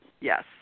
yes